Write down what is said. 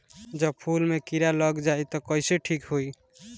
जब फूल मे किरा लग जाई त कइसे ठिक होई?